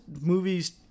movies